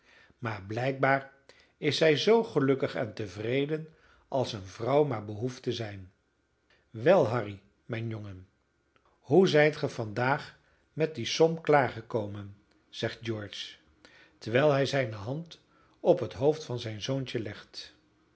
maar blijkbaar is zij zoo gelukkig en tevreden als eene vrouw maar behoeft te zijn wel harry mijn jongen hoe zijt ge vandaag met die som klaargekomen zegt george terwijl hij zijne hand op het hoofd van zijn zoontje legt